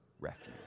refuge